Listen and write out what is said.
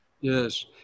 Yes